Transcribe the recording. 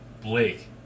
Blake